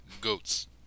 Goats